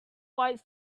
white